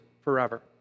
forever